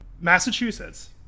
Massachusetts